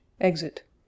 exit